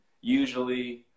usually